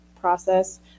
process